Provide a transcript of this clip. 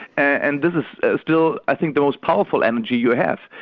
and this is still, i think, the most powerful energy you have.